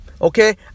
okay